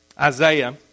Isaiah